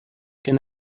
can